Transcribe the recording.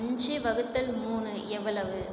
அஞ்சு வகுத்தல் மூணு எவ்வளவு